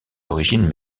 origines